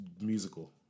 musical